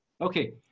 Okay